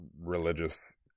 religious